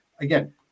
Again